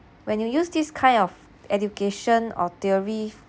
when you use this kind of education or theory